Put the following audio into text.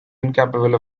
incapable